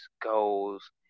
goals